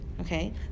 Okay